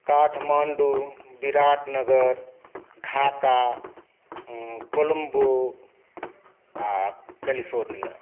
काठमांडू विराटनगर ढाका कोलोम्बो आ कैलिफ़ोर्निया